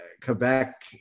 Quebec